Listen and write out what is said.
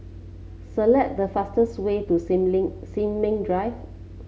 select the fastest way to Sin Ming Ling Sin Ming Drive